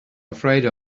afraid